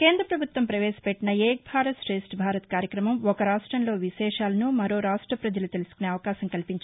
కేంద్ర ప్రభుత్వం ప్రవేశపెట్టిన ఏక్ భారత్ ారేష్ణ భారత్ కార్యక్రమం ఒక రాష్టంలో విశేషాలను మరో రాష్ట్ర ప్రజలు తెలుసుకునే అవకాశం కల్పించింది